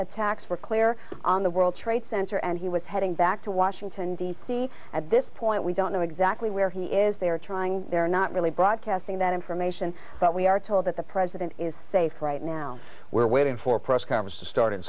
attacks were clear on the world trade center and he was heading back to washington d c at this point we don't know exactly where he is they are trying they're not really broadcasting that information but we are told that the president is safe right now we're waiting for a press conference to start in